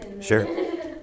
sure